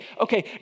okay